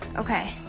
okay.